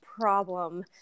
problem